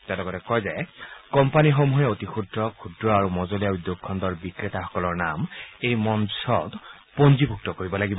তেওঁ লগতে কয় যে কোম্পানীসমূহে অতি ক্ষুদ্ৰ ক্ষুদ্ৰ আৰু মজলীয়া উদ্যোগ খণ্ডৰ বিক্ৰেতাসকলৰ নাম এই মঞ পঞ্জীভুক্ত কৰিব লাগিব